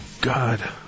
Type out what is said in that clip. god